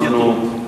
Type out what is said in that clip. מתייתרות.